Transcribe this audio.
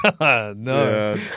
no